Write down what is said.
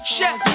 Chef